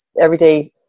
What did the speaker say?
everyday